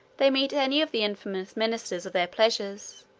they meet any of the infamous ministers of their pleasures,